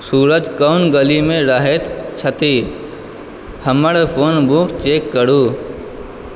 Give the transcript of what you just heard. सूरज कोन गलीमे रहैत छथि हमर फोनबुक चेक करू